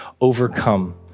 overcome